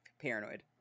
paranoid